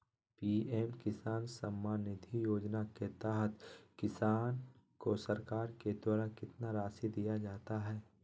PM Kisan Samman Nidhi Yojana के तहत किसान को सरकार के द्वारा कितना रासि दिया जाता है?